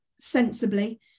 sensibly